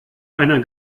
einer